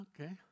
Okay